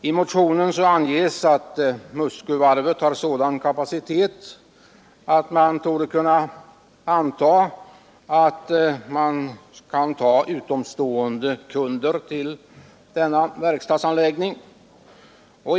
I motionen anges att Muskövarvet har sådan kapacitet att man torde kunna anta att denna verkstadsanläggning kan ta emot utomstående kunder.